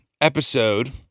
episode